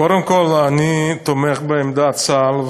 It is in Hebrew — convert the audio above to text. קודם כול, אני תומך בעמדת צה"ל.